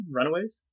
Runaways